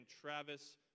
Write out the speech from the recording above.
Travis